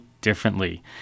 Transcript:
differently